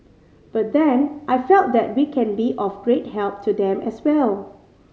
but then I felt that we can be of great help to them as well